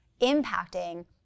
impacting